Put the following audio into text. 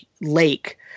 lake